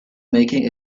making